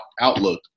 outlook